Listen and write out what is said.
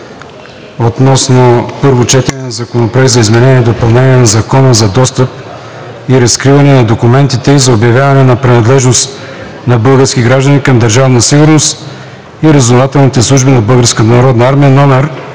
обществен ред относно Законопроект за изменение и допълнение на Закона за достъп и разкриване на документите и за обявяване на принадлежност на български граждани към Държавна сигурност и разузнавателните служби на